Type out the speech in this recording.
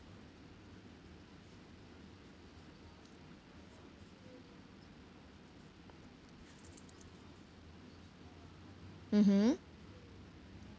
mmhmm